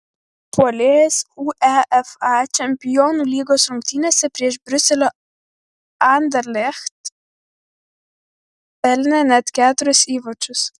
puolėjas uefa čempionų lygos rungtynėse prieš briuselio anderlecht pelnė net keturis įvarčius